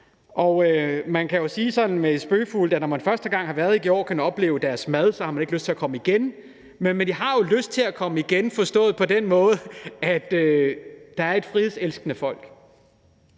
Og man kan jo sige sådan lidt spøgefuldt, at når man første gang har været i Georgien og har oplevet deres mad, har man ikke lyst til at komme igen. Men man har lyst til at komme igen, forstået på den måde, at der er et frihedselskende folk.